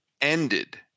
ended